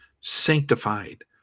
sanctified